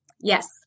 Yes